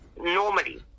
normally